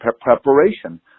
preparation